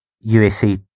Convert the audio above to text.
USA